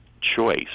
choice